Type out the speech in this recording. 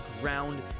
ground